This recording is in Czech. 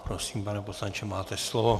Prosím, pane poslanče, máte slovo.